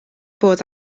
bod